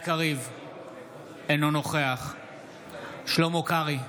אינו נוכח שלמה קרעי,